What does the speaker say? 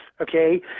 okay